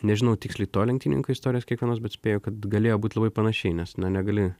nežinau tiksliai to lenktyninko istorijos kiekvienos bet spėju kad galėjo būt labai panašiai nes na negali